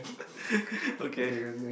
okay